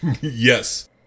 Yes